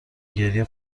گریه